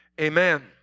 Amen